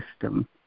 system